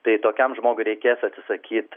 tai tokiam žmogui reikės atsisakyt